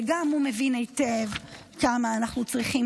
וגם הוא מבין היטב כמה אנחנו צריכים